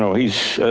so he's